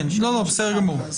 כן, בסדר גמור.